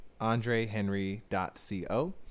andrehenry.co